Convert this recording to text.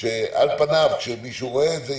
שעל פניו כשמישהו רואה את זה,